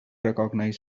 recognize